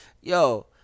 Yo